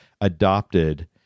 adopted